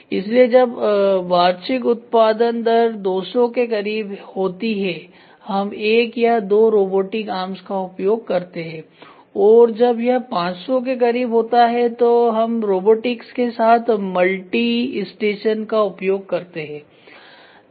इसलिए जब वार्षिक उत्पादन दर 200 के करीब होती है हम 1 या 2 रोबोटिक आर्म्स का उपयोग करते हैं और जब यह 500 के करीब होता है तो हम रोबोटिक्स के साथ मल्टी स्टेशन का उपयोग करते हैं